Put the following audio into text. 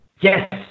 Yes